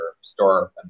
store